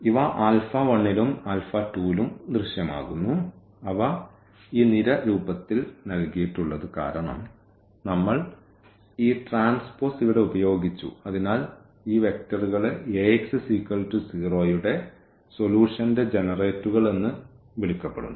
ഇവ ആൽഫ 1 ലും ആൽഫ 2 ലും ദൃശ്യമാകുന്നു അവ ഈ നിര രൂപത്തിൽ നൽകിയിട്ടുള്ളത് കാരണം നമ്മൾ ഈ ട്രാൻസ്പോസ് ഇവിടെ ഉപയോഗിച്ചു അതിനാൽ ഈ വെക്ടർകളെ Ax0 യുടെ സൊല്യൂഷന്റെ ജനറേറ്ററുകൾ എന്ന് വിളിക്കപ്പെടുന്നു